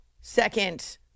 second